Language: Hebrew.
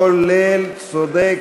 כולל, צודק,